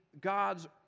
God's